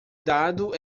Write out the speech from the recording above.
dado